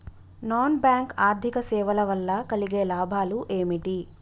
Non bank ఆర్థిక సేవల వల్ల కలిగే లాభాలు ఏమిటి?